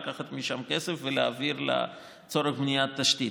לקחת משם כסף ולהעביר לצורך בניית תשתית.